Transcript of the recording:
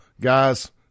guys